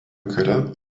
kare